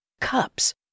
cups